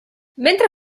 mentre